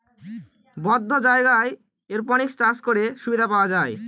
বদ্ধ জায়গায় এরপনিক্স চাষ করে সুবিধা পাওয়া যায়